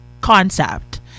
concept